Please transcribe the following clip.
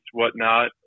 whatnot